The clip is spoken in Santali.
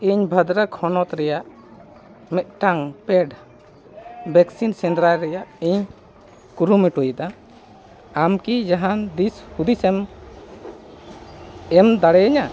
ᱤᱧ ᱵᱷᱟᱫᱨᱟᱠ ᱦᱚᱱᱚᱛ ᱨᱮᱭᱟᱜ ᱢᱤᱫᱴᱟᱝ ᱯᱮᱰ ᱵᱷᱮᱠᱥᱤᱱ ᱥᱮᱸᱫᱽᱨᱟᱭ ᱨᱮᱭᱟᱜ ᱤᱧ ᱠᱩᱨᱩᱢᱩᱴᱩᱭᱮᱫᱟ ᱟᱢ ᱠᱤ ᱡᱟᱦᱟᱱ ᱫᱤᱥ ᱦᱩᱫᱤᱥᱮᱢ ᱮᱢ ᱫᱟᱲᱮᱭᱟᱹᱧᱟ